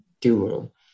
dual